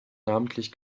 namentlich